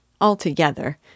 Altogether